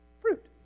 fruit